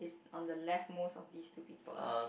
on the left most of these two people lah